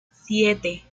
siete